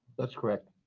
that's correct.